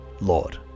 Lord